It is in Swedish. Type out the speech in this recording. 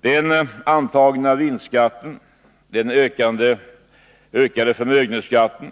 Den antagna vinstskatten, den ökade förmögenhetsskatten